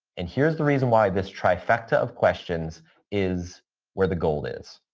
and here's the reason why this trifecta of questions is where the goal is.